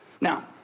Now